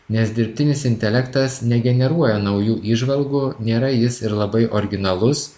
nes dirbtinis intelektas negeneruoja naujų įžvalgų nėra jis ir labai originalus